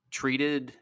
treated